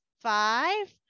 five